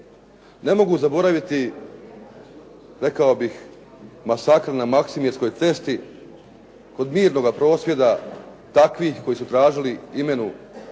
Ne mogu zaboraviti, rekao bih masakr na Maksimirskoj cesti kod mirnoga prosvjeda takvih koji su tražili promjenu imena